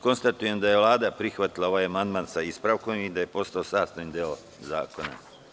Konstatujem da je Vlada prihvatila ovaj amandman sa ispravkom i da je postao sastavni deo zakona.